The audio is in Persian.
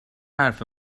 حرف